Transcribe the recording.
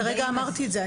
כרגע אמרתי את זה.